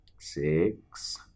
six